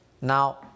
Now